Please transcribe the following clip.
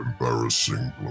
embarrassing